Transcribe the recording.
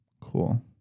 Cool